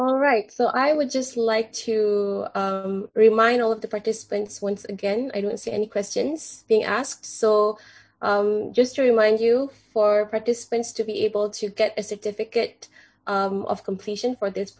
alright so i would just like to remind all of the participants once again i don't see any questions being asked so just to remind you for participants to be able to get a certificate of completion for this